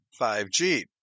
5G